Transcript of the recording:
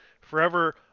Forever